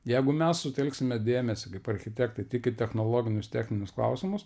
jeigu mes sutelksime dėmesį kaip architektai tik į technologinius techninius klausimus